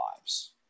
lives